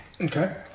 Okay